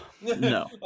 No